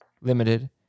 Limited